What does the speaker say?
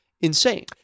insane